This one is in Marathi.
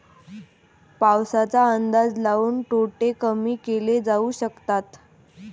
पाऊसाचा अंदाज लाऊन तोटे कमी केले जाऊ शकतात